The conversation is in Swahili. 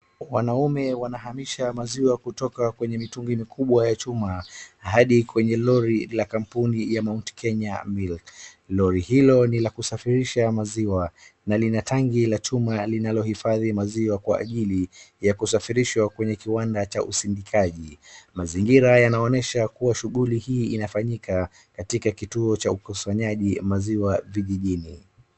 Wanaume wanahamisha maziwa kutoka kwenye mitungi mikubwa ya chuma hadi kwenye lori la kampuni ya Mount Kenya Milk lori hilo ni la kusafirisha maziwa na lina tangi la chuma linalohifadhi maziwa kwa ajili ya kusafirisha maziwa kwa uwanda wa usindikaji. Mazingira yanaonyesha kuwa shughuli hii inafanyika katika kituo cha ukusanyaji maziwa wa vijijini.